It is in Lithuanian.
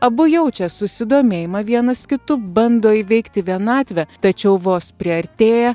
abu jaučia susidomėjimą vienas kitu bando įveikti vienatvę tačiau vos priartėję